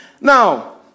Now